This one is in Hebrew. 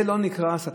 זה לא נקרא הסתה?